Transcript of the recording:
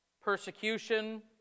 persecution